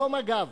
לא מג"ב.